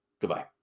Goodbye